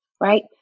right